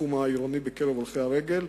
בתחום העירוני בקרב הולכי הרגל.